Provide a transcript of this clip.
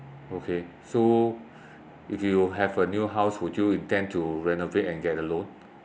okay so if you have a new house would you intend to renovate and get a loan